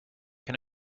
can